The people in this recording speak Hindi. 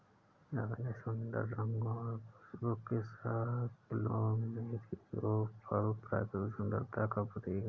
अपने सुंदर रंगों और खुशबू के साथ प्लूमेरिअ फूल प्राकृतिक सुंदरता का प्रतीक है